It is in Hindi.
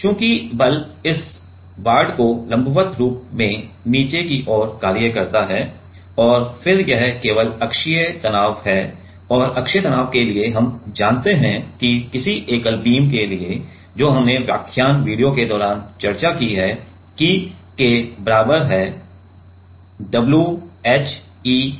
चूंकि बल इस वार्ड को लंबवत रूप से नीचे की ओर कार्य करता है और फिर यह केवल अक्षीय तनाव है और अक्षीय तनाव के लिए हम जानते हैं कि किसी एकल बीम के लिए जो हमने व्याख्यान वीडियो के दौरान चर्चा की है कि K बराबर है WHEL के